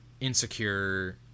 insecure